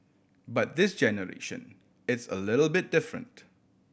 but this generation it's a little bit different